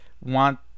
want